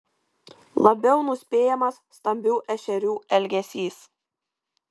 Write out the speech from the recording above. labiau nuspėjamas stambių ešerių elgesys